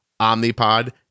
Omnipod